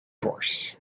horse